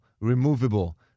removable